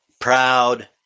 proud